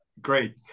Great